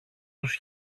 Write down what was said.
τους